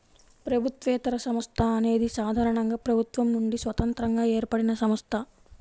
ప్రభుత్వేతర సంస్థ అనేది సాధారణంగా ప్రభుత్వం నుండి స్వతంత్రంగా ఏర్పడినసంస్థ